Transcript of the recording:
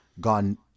gone